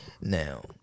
Now